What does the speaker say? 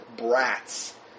brats